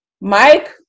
Mike